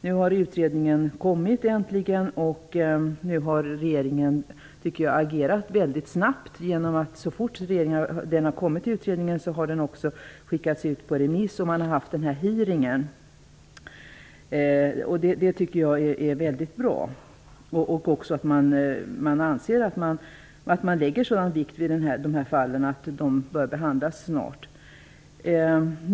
Nu har utredningen äntligen kommit och regeringen har, tycker jag, agerat snabbt genom att utredningen så fort den hade kommit också skickades ut på remiss. Dessutom har man haft en hearing. Det tycker jag är mycket bra, liksom att man lägger sådan vikt vid de här fallen att man anser att de bör behandlas snart.